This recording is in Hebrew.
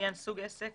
סוג עסק